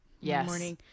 yes